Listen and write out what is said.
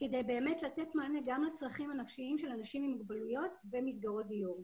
כדי לתת מענה גם לצרכים הנפשיים של אנשים עם מוגבלויות במסגרות דיור.